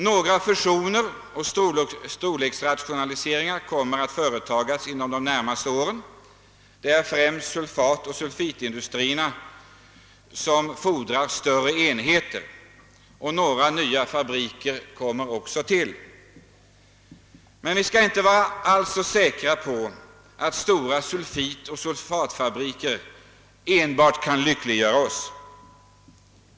Några fusioner och storleksrationaliseringar kommer att företas under de närmaste åren. Det är främst sulfatoch sulfitindustrierna som kräver större enheter. Några nya fabriker beräknas tillkomma. Men vi skall inte vara så alldeles säkra på att enbart några stora sulfitoch sulfatfabriker kan lyckliggöra oss.